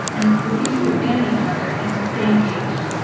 and refuse to abandon each other and to stay engaged.